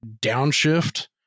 downshift